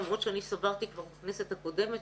למרות שאני סברתי כבר בכנסת הקודמת,